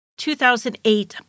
2008